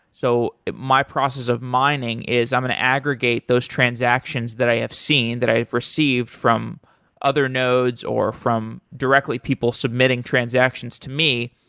so my process of mining is i'm going to aggregate those transactions that i have seen that i have received from other nodes or from directly people submitting transactions to me.